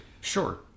Sure